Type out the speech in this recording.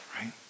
right